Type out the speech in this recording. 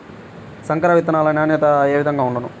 సంకర విత్తనాల నాణ్యత ఏ విధముగా ఉండును?